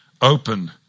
open